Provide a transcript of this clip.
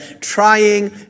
trying